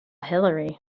hillary